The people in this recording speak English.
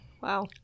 Wow